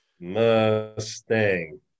Mustang